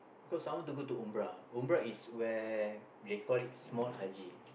cause I want to go to Umrah Umrah is where they call it small Haji